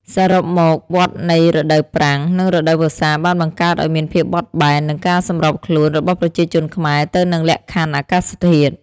សរុបមក វដ្ដនៃរដូវប្រាំង និងរដូវវស្សាបានបង្កើតឲ្យមានភាពបត់បែន និងការសម្របខ្លួនរបស់ប្រជាជនខ្មែរទៅនឹងលក្ខខណ្ឌអាកាសធាតុ។